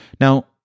Now